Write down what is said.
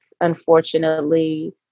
unfortunately